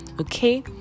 okay